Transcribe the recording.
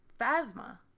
Phasma